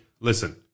listen